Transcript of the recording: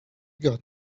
got